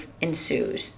ensues